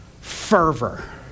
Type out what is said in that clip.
fervor